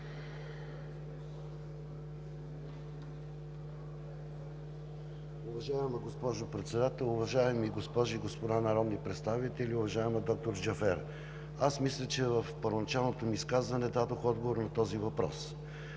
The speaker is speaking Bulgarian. Уважаема госпожо Председател, уважаеми госпожи и господа народни представители! Уважаема доктор Джафер, аз мисля, че в първоначалното ми изказване дадох отговор на този въпрос.